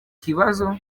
kibazo